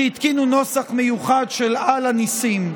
שהתקינו נוסח מיוחד של "על הניסים",